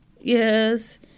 yes